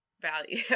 value